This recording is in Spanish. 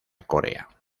corea